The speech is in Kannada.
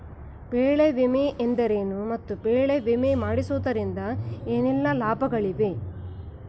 ಬೆಳೆ ವಿಮೆ ಎಂದರೇನು ಮತ್ತು ಬೆಳೆ ವಿಮೆ ಮಾಡಿಸುವುದರಿಂದ ಏನೆಲ್ಲಾ ಲಾಭಗಳಿವೆ?